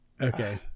Okay